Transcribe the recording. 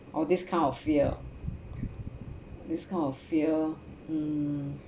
orh this kind of fear this kind of fear